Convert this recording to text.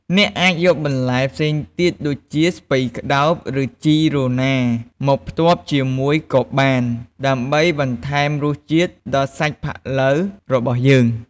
អ្នកអាចយកបន្លែផ្សេងទៀតដូចជា ស្ពៃក្ដោប ឬជីរណាមកផ្ទាប់ជាមួយក៏បាន ដើម្បីបន្ថែមរសជាតិដល់សាច់ផាក់ឡូវរបស់យើង។